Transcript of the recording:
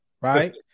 Right